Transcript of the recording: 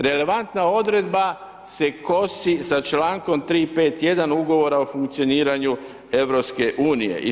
Relevantna odredba se kosi sa čl. 3.5.1 ugovora o funkcioniranju EU.